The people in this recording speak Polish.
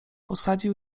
posadził